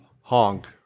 Honk